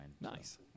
Nice